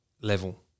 level